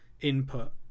input